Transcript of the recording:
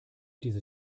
diese